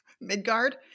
Midgard